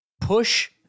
Push